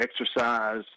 exercise